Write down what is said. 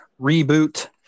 reboot